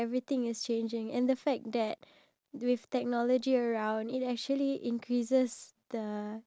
so you feel like you have to have something in common then you can only start a conversation